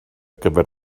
gyfer